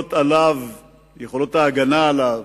יכולת ההגנה עליו,